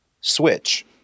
switch